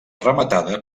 rematada